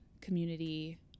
community